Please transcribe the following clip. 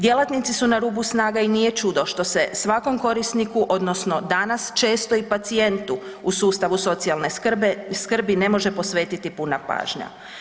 Djelatnici su na rubu snaga i nije čudo što se svakom korisniku odnosno danas često i pacijentu u sustavu socijalne skrbe, skrbi ne može posvetiti puna pažnja.